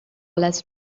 less